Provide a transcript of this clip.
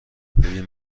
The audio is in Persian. ببین